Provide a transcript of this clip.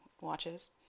watches